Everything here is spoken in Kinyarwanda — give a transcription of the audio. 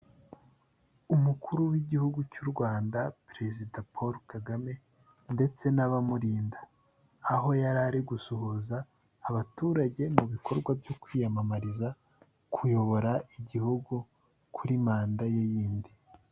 Umukuru w'igihugu cy'u Rwanda perezida Paul Kgame ndetse n'abamurinda, aho yari ari gusuhuza abaturage mu bikorwa byo kwiyamamariza, kuyobora igihugu kuri manda ye yindi.